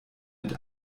mit